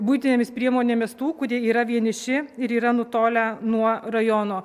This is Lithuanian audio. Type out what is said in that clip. buitinėmis priemonėmis tų kurie yra vieniši ir yra nutolę nuo rajono